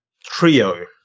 trio